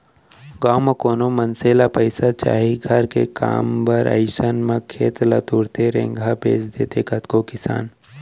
गाँव म कोनो मनसे ल पइसा चाही घर के काम बर अइसन म खेत ल तुरते रेगहा बेंच देथे कतको किसान